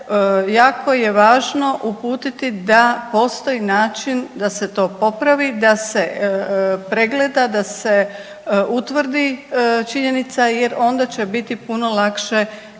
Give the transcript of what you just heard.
jako je važno uputiti da postoji način da se to popravi, da se pregleda, da se utvrdi činjenica jer onda će biti puno lakše i